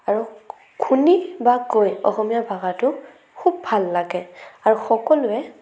আৰু শুনি বা কৈ অসমীয়া ভাষাটো খুব ভাল লাগে আৰু সকলোৱে